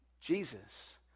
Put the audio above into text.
Jesus